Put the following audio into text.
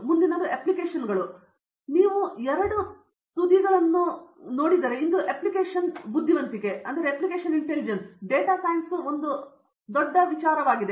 ಮುಂದಿನದು ಅಪ್ಲಿಕೇಶನ್ಗಳು ನೀವು ಎರಡು ತುದಿಗಳನ್ನು ನೋಡಿದರೆ ಇಂದು ಅಪ್ಲಿಕೇಶನ್ ಬುದ್ಧಿವಂತಿಕೆಯೆಂದರೆ ಡಾಟಾ ಸೈನ್ಸಸ್ ಒಂದು ಆನೆಯಾಗಿದೆ